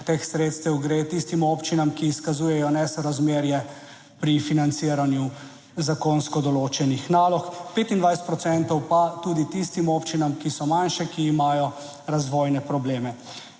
teh sredstev gre tistim občinam, ki izkazujejo nesorazmerje pri financiranju zakonsko določenih nalog, 25 procentov pa tudi tistim občinam, ki so manjše, ki imajo razvojne probleme.